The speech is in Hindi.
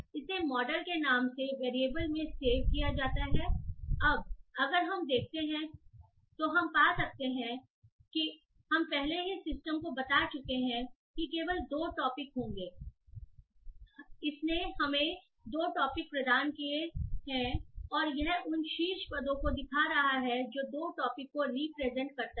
इसे मॉडल के नाम से वेरिएबल में सेव किया जाता हैअब अगर हम देखते हैं कि हम पा सकते हैं क्योंकि हम पहले ही सिस्टम को बता चुके हैं कि केवल 2 टॉपिक होंगे इसने हमें 2 टॉपिक प्रदान किए हैं और यह उन शीर्ष पदों को दिखा रहा है जो टॉपिक को रिप्रेजेंट करता है